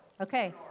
Okay